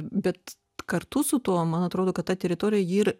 bet kartu su tuo man atrodo kad ta teritorija ji ir